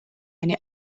eine